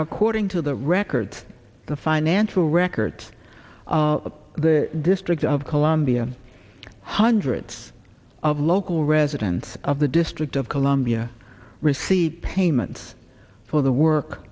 according to the records the financial records of the district of columbia hundreds of local residents of the district of columbia receive payments for the work